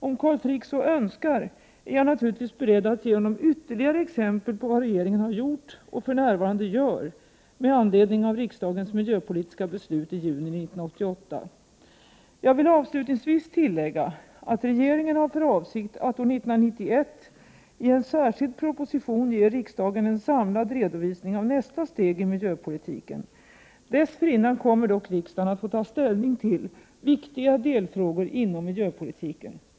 Om Carl Frick så önskar är jag naturligtvis beredd att ge honom ytterligare exempel på vad regeringen har gjort och för närvarande gör med anledning av riksdagens miljöpolitiska beslut i juni 1988. Jag vill avslutningsvis tillägga att regeringen har för avsikt att år 1991 i en särskild proposition ge riksdagen en samlad redovisning av nästa steg i miljöpolitiken. Dessförinnan kommer dock riksdagen att få ta ställning till viktiga delfrågor inom miljöpolitiken.